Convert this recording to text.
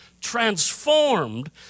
transformed